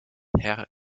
herr